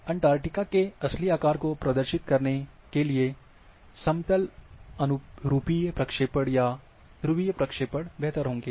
Antarctica के असली आकार को प्रदर्शित करने के लिए समतल अनुरूपीय प्रक्षेपण या ध्रुवीय प्रक्षेपण बेहतर होंगे